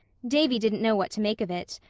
davy didn't know what to make of it.